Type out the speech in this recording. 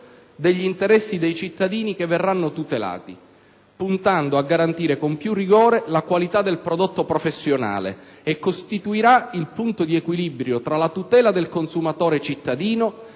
degli interessi dei cittadini che verranno tutelati, puntando a garantire con più rigore la qualità del prodotto professionale; essa costituirà il punto di equilibrio tra la tutela del consumatore cittadino,